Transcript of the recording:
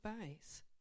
base